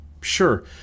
Sure